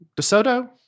DeSoto